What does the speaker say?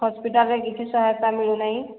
ହସ୍ପିଟାଲ୍ରେ କିଛି ସହାୟତା ମିଳୁ ନାହିଁ